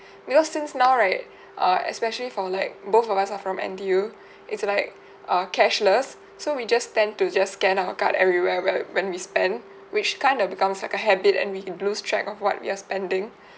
because since now right err especially for like both of us are from N_T_U it's like uh cashless so we just tend to just scan our card everywhere where when we spend which kind of becomes like a habit and we can lose track of what we're spending